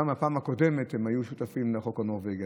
גם בפעם הקודמת הם היו שותפים לחוק הנורבגי,